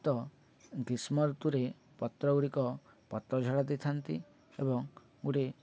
ତ ଗ୍ରୀଷ୍ମ ଋତୁରେ ପତ୍ର ଗୁଡ଼ିକ ପତ୍ର ଝଡ଼ା ଦେଇଥାନ୍ତି ଏବଂ ଗୋଟେ